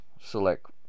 select